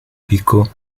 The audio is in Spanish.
pico